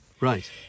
Right